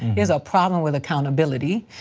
he has a problem with accountability.